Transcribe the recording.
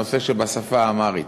הנושא של השפה האמהרית.